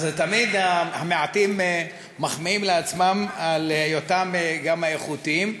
אז תמיד המעטים מחמיאים לעצמם על היותם גם האיכותיים.